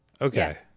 Okay